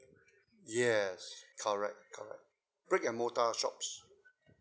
yes correct correct brick and mortar shops